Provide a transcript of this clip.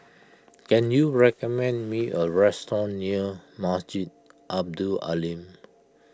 can you recommend me a restaurant near Masjid Abdul Aleem